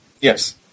Yes